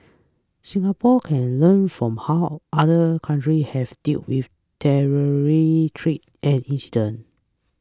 Singapore can learn from how other countries have dealt with treats and incidents